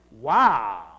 wow